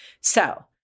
So-